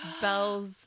Bell's